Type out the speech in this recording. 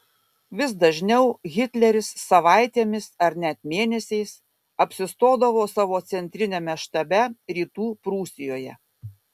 vis dažniau hitleris savaitėmis ar net mėnesiais apsistodavo savo centriniame štabe rytų prūsijoje